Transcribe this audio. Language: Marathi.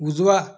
उजवा